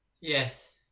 Yes